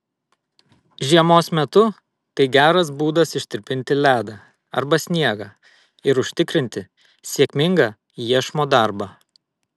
žiemos metu tai geras būdas ištirpinti ledą arba sniegą ir užtikrinti sėkmingą iešmo darbą